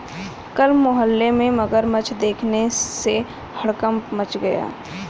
कल मोहल्ले में मगरमच्छ देखने से हड़कंप मच गया